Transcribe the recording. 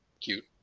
Cute